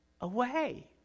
away